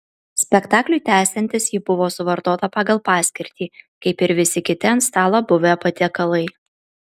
spektakliui tęsiantis ji buvo suvartota pagal paskirtį kaip ir visi kiti ant stalo buvę patiekalai